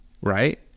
right